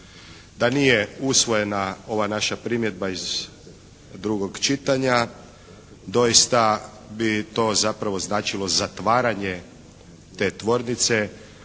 Da nije usvojena ova naša primjedba iz drugog čitanja, doista bi to zapravo značilo zatvaranje te tvornice